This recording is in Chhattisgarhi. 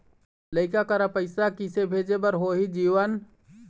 लइका करा पैसा किसे भेजे बार होही जीवन